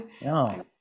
no